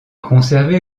conservée